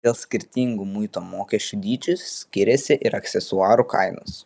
dėl skirtingų muito mokesčių dydžių skiriasi ir aksesuarų kainos